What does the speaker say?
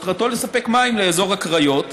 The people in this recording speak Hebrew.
ומטרתו לספק מים לאזור הקריות,